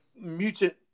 mutant